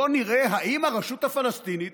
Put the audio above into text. בואו נראה אם הרשות הפלסטינית